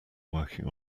working